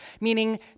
meaning